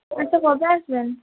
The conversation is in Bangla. বলছি কবে আসবেন